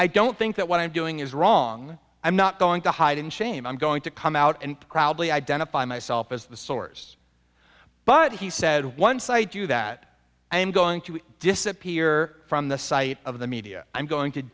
i don't think that what i'm doing is wrong i'm not going to hide in shame i'm going to come out and proudly identify myself as the source but he said once i do that i am going to disappear from the site of the media i'm going to